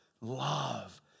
love